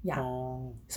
orh